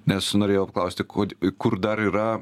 nes norėjau paklausti kod kur dar yra